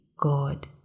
God